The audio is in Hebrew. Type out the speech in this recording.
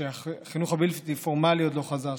שהחינוך הבלתי-פורמלי עוד לא חזר,